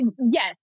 Yes